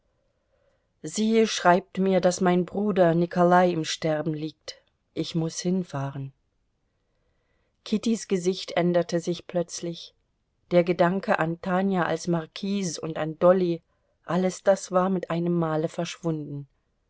sie schreibt mir daß mein bruder nikolai im sterben liegt ich muß hinfahren kittys gesicht änderte sich plötzlich der gedanke an tanja als marquise und an dolly alles das war mit einem male verschwunden